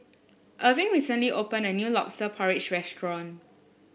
Erving recently opened a new lobster porridge restaurant